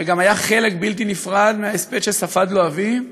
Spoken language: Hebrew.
וגם היה חלק בלתי נפרד מההספד שספד לו אבי,